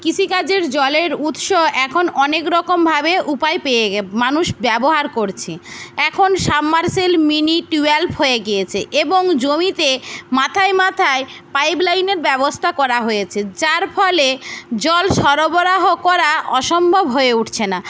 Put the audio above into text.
কৃষিকাজের জলের উৎস এখন অনেক রকমভাবে উপায় পেয়ে গে মানুষ ব্যবহার করছে এখন সাবমারসিবল মিনি টিউবওয়েল হয়ে গিয়েছে এবং জমিতে মাথায় মাথায় পাইপ লাইনের ব্যবস্থা করা হয়েছে যার ফলে জল সরবরাহ করা অসম্ভব হয়ে উঠছে না